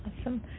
Awesome